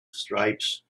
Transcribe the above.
stripes